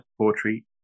poetry